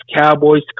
Cowboys